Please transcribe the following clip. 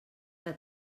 que